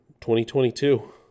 2022